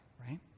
right